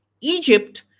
Egypt